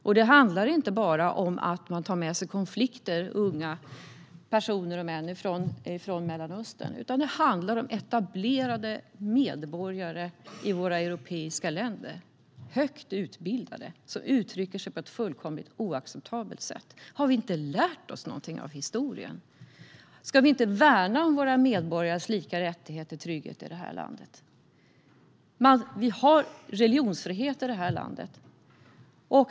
Och det handlar inte bara om att unga personer och män tar med sig konflikter från Mellanöstern, utan det handlar om etablerade medborgare i europeiska länder. Det är högt utbildade personer som uttrycker sig på ett fullkomligt oacceptabelt sätt. Har vi inte lärt oss någonting av historien? Ska vi inte värna om medborgarnas lika rättigheter och trygghet i landet? Vi har religionsfrihet här i landet.